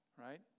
right